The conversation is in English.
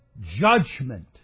judgment